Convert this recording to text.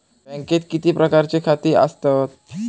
बँकेत किती प्रकारची खाती आसतात?